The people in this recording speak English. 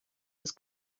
was